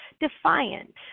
defiant